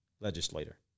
legislator